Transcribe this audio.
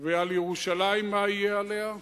וירושלים, מה יהא עליה?